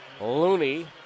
Looney